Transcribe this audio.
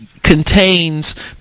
contains